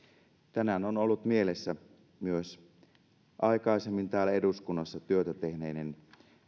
tänään on ollut mielessä myös aikaisemmin täällä eduskunnassa työtä tehneiden